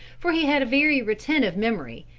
for he had a very retentive memory,